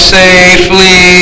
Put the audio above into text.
safely